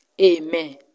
Amen